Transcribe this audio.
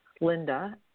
Linda